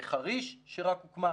חריש שרק הוקמה,